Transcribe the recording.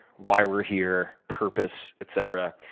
why we're here, purpose, etc,